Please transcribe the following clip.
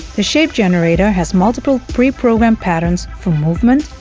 the shape generator has multiple pre-programmed patterns from movement,